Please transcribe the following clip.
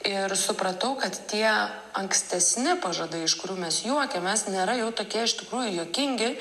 ir supratau kad tie ankstesni pažadai iš kurių mes juokiamės nėra jau tokie iš tikrųjų juokingi